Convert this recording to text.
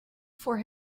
for